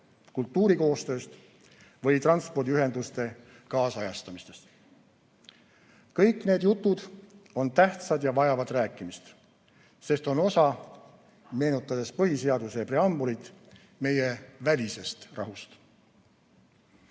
kultuurikoostööst või transpordiühenduste kaasajastamisest. Kõik need jutud on tähtsad ja vajavad rääkimist, sest on osa – meenutades põhiseaduse preambulit – meie välisest rahust.